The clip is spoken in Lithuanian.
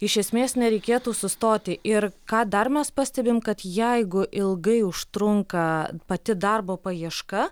iš esmės nereikėtų sustoti ir ką dar mes pastebim kad jeigu ilgai užtrunka pati darbo paieška